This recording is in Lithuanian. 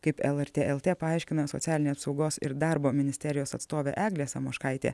kaip lrt lt paaiškino socialinės apsaugos ir darbo ministerijos atstovė eglė samoškaitė